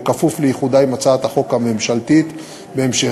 בכפוף לאיחודה עם הצעת החוק הממשלתית בהמשך